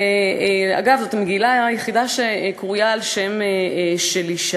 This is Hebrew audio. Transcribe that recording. אגב, זאת המגילה היחידה שקרויה על שם אישה,